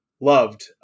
loved